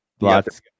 Lots